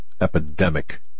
epidemic